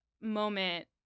moment